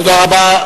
תודה רבה.